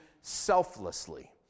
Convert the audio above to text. selflessly